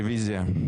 רביזיה.